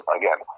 again